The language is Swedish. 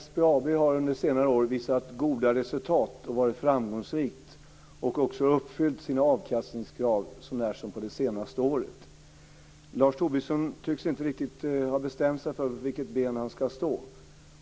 Fru talman! SBAB har under senare år visat goda resultat och varit framgångsrikt och också uppfyllt sina avkastningskrav, så när som på det senaste året. Lars Tobisson tycks inte riktigt ha bestämt sig för på vilket ben han ska stå.